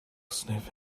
sniff